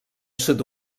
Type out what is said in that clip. sud